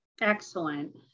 Excellent